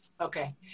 Okay